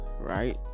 right